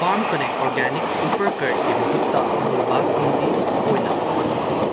farm connect organic super ꯀꯔꯠꯀꯤ ꯃꯍꯨꯠꯇ ꯑꯃꯨꯜ ꯕꯥꯁꯨꯟꯗꯤ ꯑꯣꯏꯅ ꯐꯪꯉꯦ